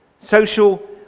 social